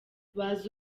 bazi